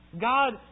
God